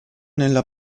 nella